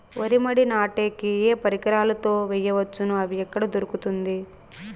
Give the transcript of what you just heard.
వరి మడి నాటే కి ఏ పరికరాలు తో వేయవచ్చును అవి ఎక్కడ దొరుకుతుంది?